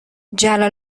جلال